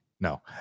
No